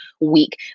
week